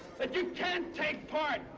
but you can't take part.